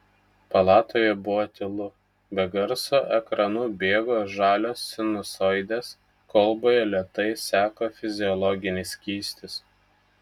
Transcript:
palatoje buvo tylu be garso ekranu bėgo žalios sinusoidės kolboje lėtai seko fiziologinis skystis